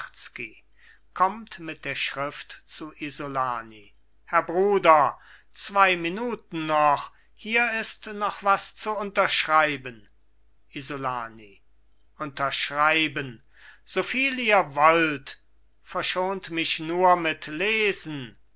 kommt mit der schrift zu isolani herr bruder zwei minuten noch hier ist noch was zu unterschreiben isolani unterschreiben so viel ihr wollt verschont mich nur mit lesen